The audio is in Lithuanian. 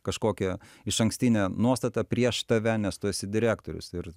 kažkokią išankstinę nuostatą prieš tave nes tu esi direktorius ir